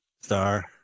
Star